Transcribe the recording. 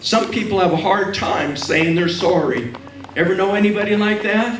some people have a hard time saying their story every know anybody like th